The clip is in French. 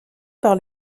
par